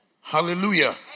Hallelujah